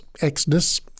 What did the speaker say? Exodus